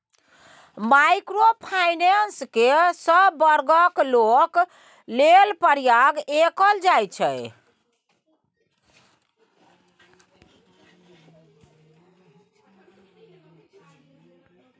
micro finance केँ सब बर्गक लोक लेल प्रयोग कएल जाइ छै